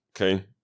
Okay